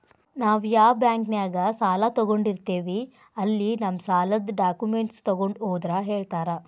ನಾವ್ ಯಾ ಬಾಂಕ್ನ್ಯಾಗ ಸಾಲ ತೊಗೊಂಡಿರ್ತೇವಿ ಅಲ್ಲಿ ನಮ್ ಸಾಲದ್ ಡಾಕ್ಯುಮೆಂಟ್ಸ್ ತೊಗೊಂಡ್ ಹೋದ್ರ ಹೇಳ್ತಾರಾ